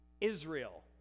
israel